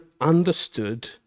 understood